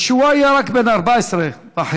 כשהוא היה רק בן 14 וחצי